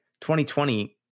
2020